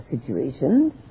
situations